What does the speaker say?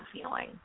feeling